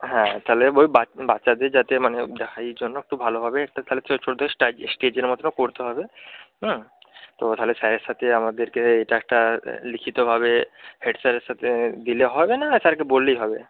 হ্যাঁ তাহলে ওই বাচ্চাদের যাতে মানে এই জন্য একটু ভালোভাবে একটা তাহলে ছোটোদের স্টেজের মতনও করতে হবে তো তাহলে স্যারের সাথে আমাদেরকে এইটা একটা লিখিতভাবে হেড স্যারের সাথে দিলে হবে না স্যারকে বললেই হবে